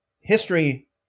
history